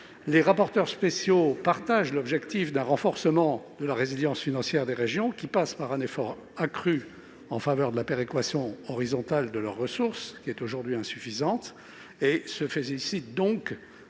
Vos rapporteurs spéciaux partagent l'objectif d'un renforcement de la résilience financière des régions, qui passe par un effort accru en faveur de la péréquation horizontale de leurs ressources, aujourd'hui insuffisante. Ils se félicitent donc